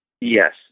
Yes